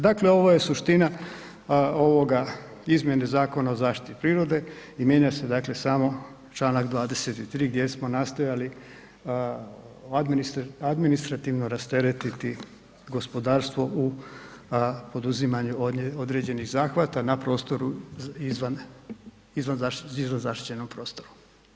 Dakle, ovo je suština ovoga izmjene Zakona o zaštiti prirode i mijenja se dakle samo članak 23. gdje smo nastojali administrativno rasteretiti gospodarstvo u poduzimanju određenih zahvata na prostoru, izvan zaštićenom prostoru.